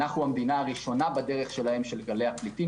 אנו המדינה הראשונה בדרך שלהם, של גלי הפליטים